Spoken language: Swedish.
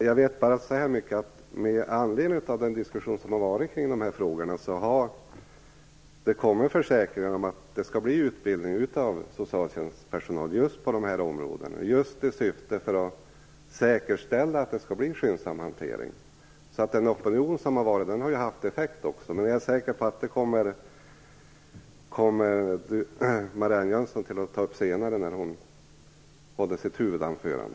Fru talman! Jag vet bara så mycket att med anledning av den diskussion som har förts om de här frågorna har det kommit försäkringar om att socialtjänstpersonal skall få utbildning på de här områdena, just i syfte att säkerställa en skyndsam hantering. Den opinion som har varit har alltså haft effekt. Jag är säker på att Marianne Jönsson kommer att ta upp detta senare när hon håller sitt huvudanförande.